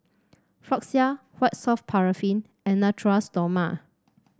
Floxia White Soft Paraffin and Natura Stoma